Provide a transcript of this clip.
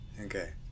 Okay